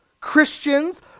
Christians